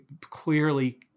clearly